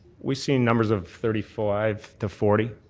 we've seen numbers of thirty five to forty